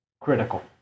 Critical